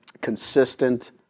consistent